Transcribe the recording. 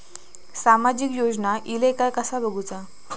सामाजिक योजना इले काय कसा बघुचा?